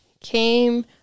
came